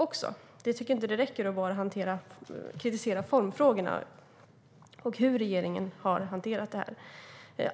Jag tycker inte att det räcker att bara kritisera formfrågorna och hur regeringen har hanterat det här.